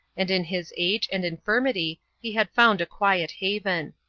and in his age and infirmity he had found a quiet haven.